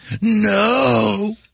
No